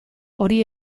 hori